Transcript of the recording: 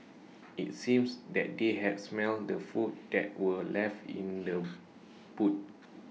IT seemed that they had smelt the food that were left in the boot